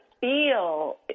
feel